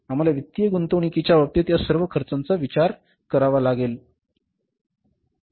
आम्हाला वित्तीय गुंतवणूकीच्या बाबतीत या सर्व खर्चाचा विचार करावा लागेल